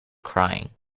crying